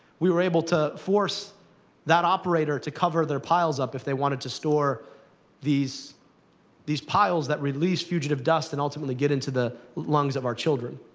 we were able to force that operator to cover their piles up if they wanted to store these these piles that release fugitive dust, and ultimately get into the lungs of our children.